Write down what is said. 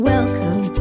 Welcome